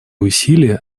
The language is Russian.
усилия